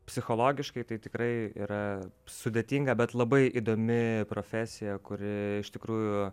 psichologiškai tai tikrai yra sudėtinga bet labai įdomi profesija kuri iš tikrųjų